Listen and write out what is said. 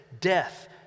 Death